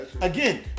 Again